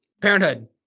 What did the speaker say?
Parenthood